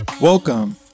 Welcome